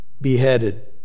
Beheaded